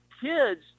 kids